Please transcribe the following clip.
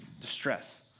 distress